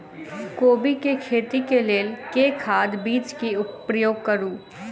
कोबी केँ खेती केँ लेल केँ खाद, बीज केँ प्रयोग करू?